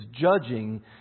judging